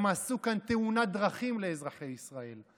הם עשו כאן תאונת דרכים לאזרחי ישראל.